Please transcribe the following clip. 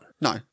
No